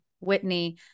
Whitney